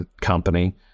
company